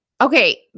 okay